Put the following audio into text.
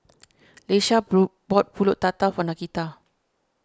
Leisha blue bought Pulut Tatal for Nakita